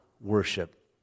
worship